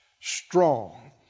strong